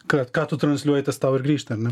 ką ką tu transliuoji tas tau ir grįžta ar ne